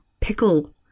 pickle